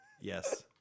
Yes